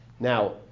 Now